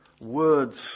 words